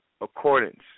accordance